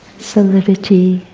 solidity,